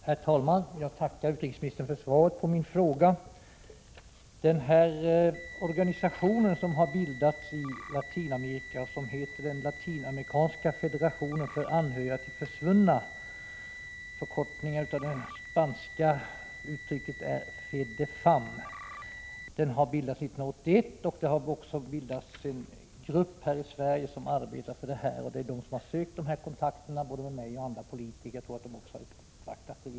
Herr talman! Jag tackar utrikesministern för svaret på min fråga. År 1981 bildades i Latinamerika organisationen Den latinamerikanska federationen för anhöriga till försvunna. Förkortningen av dess spanska namn är FEDEFAM. Det har i Sverige bildats en initiativgrupp som har tagit kontakt med mig och andra politiker, och jag tror att den också har uppvaktat regeringen.